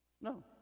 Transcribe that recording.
no